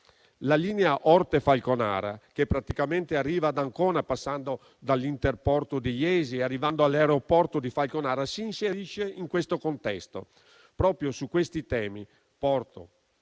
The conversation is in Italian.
La linea Orte-Falconara, che arriva ad Ancona passando dall'interporto di Jesi e arrivando all'aeroporto di Falconara, si inserisce in questo contesto. Proprio su questi temi (porto,